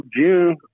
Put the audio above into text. June